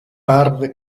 parve